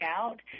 out